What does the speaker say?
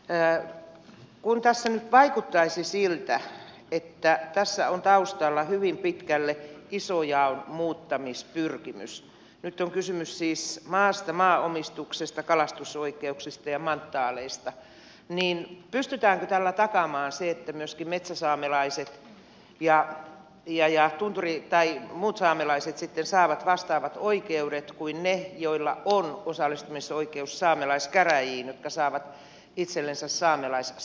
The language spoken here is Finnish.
kun tässä nyt vaikuttaisi siltä että tässä on taustalla hyvin pitkälle isojaon muuttamispyrkimys nyt on kysymys siis maasta maanomistuksesta kalastusoikeuksista ja manttaaleista niin pystytäänkö tällä takaamaan se että myöskin metsäsaamelaiset ja tunturi tai muut saamelaiset sitten saavat vastaavat oikeudet kuin ne joilla on osallistumisoikeus saamelaiskäräjiin ja jotka saavat itsellensä saamelaisstatuksen